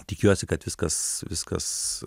tikiuosi kad viskas viskas